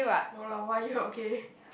no lah why you okay